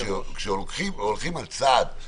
מה אתה